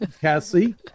Cassie